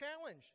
challenge